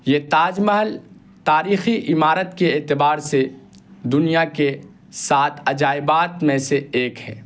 یہ تاج محل تاریخی عمارت کے اعتبار سے دنیا کے سات عجائبات میں سے ایک ہے